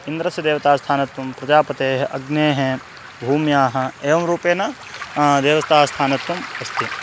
इन्द्रस्य देवतास्थानत्वं प्रजापतेः अग्नेः भूम्याः एवं रूपेण देवतास्थानत्वम् अस्ति